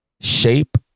shape